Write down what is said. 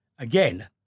Again